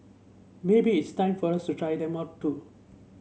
maybe it's time for us try them out too